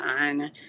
on